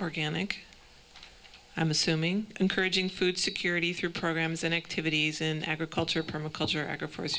organic i'm assuming encouraging food security through programs and activities in agriculture permaculture acra f